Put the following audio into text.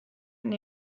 and